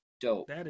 dope